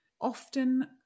often